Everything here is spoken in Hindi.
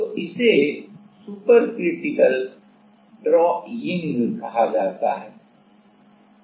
तो इसे सुपर क्रिटिकल ड्रायिंग कहा जाता है